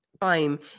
time